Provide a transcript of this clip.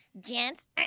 gents